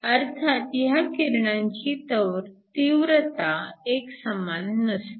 अर्थात ह्या किरणांची तीव्रता एकसमान नसते